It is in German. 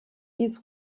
dies